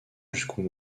jusqu’au